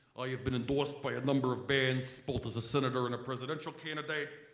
i have been endorsed by a number of bands both as a senator and a presidential candidate.